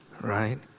right